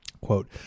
Quote